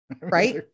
right